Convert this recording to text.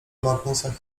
magnusa